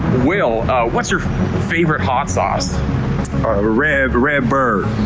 we'll what's your favorite hot sauce ah red, red bird?